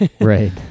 Right